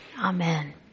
Amen